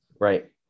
Right